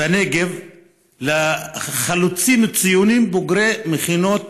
בנגב לחלוצים ציונים בוגרי מכינות,